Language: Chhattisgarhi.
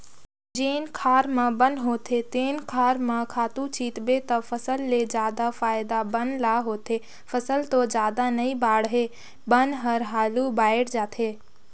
जेन खार म बन होथे तेन खार म खातू छितबे त फसल ले जादा फायदा बन ल होथे, फसल तो जादा नइ बाड़हे बन हर हालु बायड़ जाथे